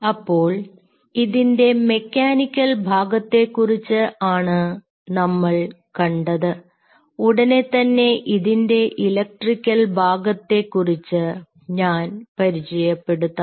അപ്പോൾ ഇതിൻറെ മെക്കാനിക്കൽ ഭാഗത്തെക്കുറിച്ച് ആണ് നമ്മൾ കണ്ടത് ഉടനെതന്നെ ഇതിൻറെ ഇലക്ട്രിക്കൽ ഭാഗത്തെക്കുറിച്ച് ഞാൻ പരിചയപ്പെടുത്താം